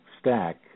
Stack